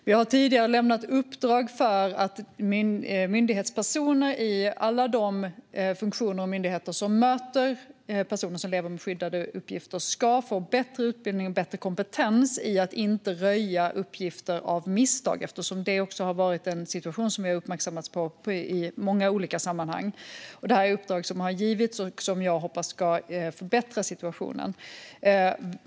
Vi har tidigare lämnat uppdrag för att myndighetspersoner i alla de funktioner och myndigheter som möter personer som lever med skyddade uppgifter ska få bättre utbildning och bättre kompetens i att inte röja uppgifter av misstag. Det har varit en situation som har uppmärksammats i många olika sammanhang. Det här är alltså uppdrag som har givits och som jag hoppas ska förbättra situationen.